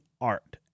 art